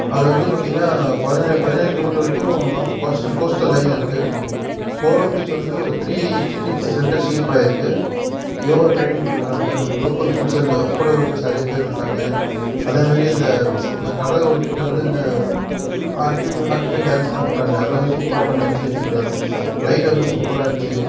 அது வந்து பார்த்தீங்னா பதினேழு பதினேழு கிலோ மீட்ரு வரைக்கும் லாங் காஸ்ட்டர் கோஸ்ட்டர் லைன் இருக்குது கோவளம் பீச் வந்து ஒரு த்ரீ எக்சிக்யூஸ்சு சென்டரு ஷேப் ஆகிருக்கு யோகா டிரைனிங் கொடுக்குறாங்க லோக்கல் ஃபுட் சென்டர் ஃபோட்டோகிராஃபர்ஸ் நிறைய பேர் இருக்காங்க அதே மாதிரி அந்த இந்த கடலோர கிட்டே இருந்து இந்த ஆர்டிஃபை ஆர்ட்டிஃபிஷியல் கேள்ரிஸ்லாம் பண்ணுறாங்கல்லாம் அது எல்லாமே சூப்பராக பண்ணி வச்சு விற்றுட்டு இருக்காங்க லைட் ஹவுஸும் சூப்பராக இருந்துச்சு